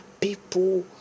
people